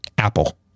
apple